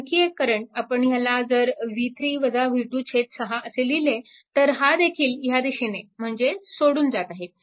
आणखी एक करंट आपण ह्याला जर 6 असे लिहिले तर हा देखील ह्या दिशेने म्हणजेच सोडून जात आहे